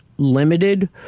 Limited